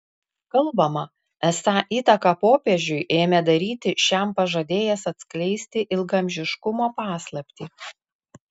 kalbama esą įtaką popiežiui ėmė daryti šiam pažadėjęs atskleisti ilgaamžiškumo paslaptį